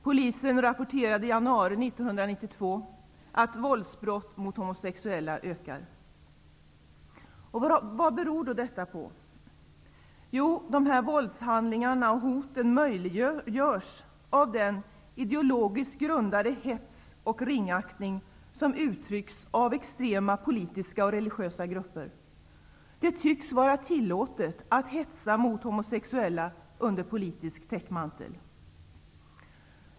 Polisen rapporterade i januari 1992 om att våldsbrott mot homosexuella ökar. Vad beror detta på? Jo, dessa våldshandlingar och hot möjliggörs av den ideologiskt grundade hets och ringaktning som uttrycks av extrema politiska och religiösa grupper. Det tycks vara tillåtet med hets mot homosexuella, under politisk täckmantel.